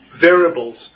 variables